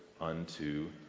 unto